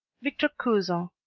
victor cousin,